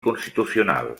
constitucional